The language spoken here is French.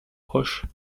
proche